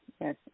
Yes